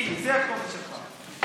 הינה, זה הכתובת שלך.